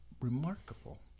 remarkable